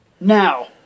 Now